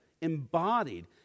embodied